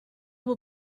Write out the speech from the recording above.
will